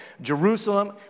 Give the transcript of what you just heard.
Jerusalem